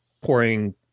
pouring